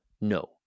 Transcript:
No